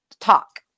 talk